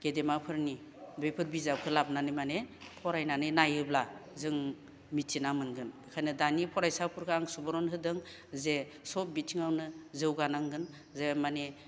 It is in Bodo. गेदेमाफोरनि बेफोर बिजाबखौ लाबोनानै माने फरायनानै नायोब्ला जों मिथिना मोनगोन ओंखायनो दानि फरायसाफोरखौ आं सुबुरन होदों जे सब बिथिङावनो जौगानांगोन जे माने